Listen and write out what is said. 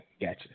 gotcha